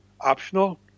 optional